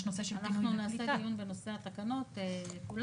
יש נושא של פינוי --- אנחנו נעשה דיון בנושא התקנות כולן.